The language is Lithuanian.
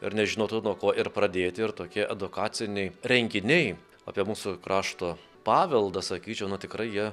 ir nežinotų nuo ko ir pradėti ir tokie edukaciniai renginiai apie mūsų krašto paveldą sakyčiau nu tikrai jie